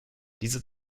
diese